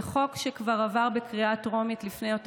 זה חוק שכבר עבר בקריאה טרומית לפני יותר